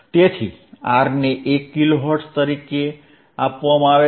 તેથી R ને 1 kilohertz તરીકે આપવામાં આવે છે